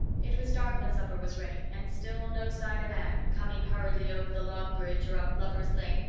it was dark when supper was ready, and still no sign of anne, coming hurriedly over the log bridge or up lover's lane,